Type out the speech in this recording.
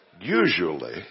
usually